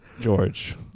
George